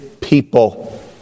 people